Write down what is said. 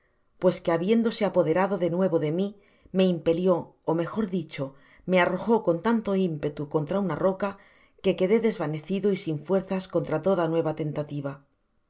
pues que habiéndose apoderado de nuevo de íni me impelió ó mejor dicho me arrojó con tanto impetu contra una roca que quedé desvanecido y sin fuerzas contra toda nuera tentativa